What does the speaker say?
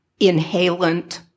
inhalant